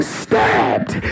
stabbed